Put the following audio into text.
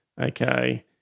Okay